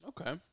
Okay